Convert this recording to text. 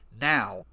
now